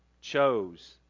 chose